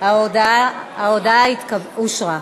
ההודעה אושרה.